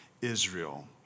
Israel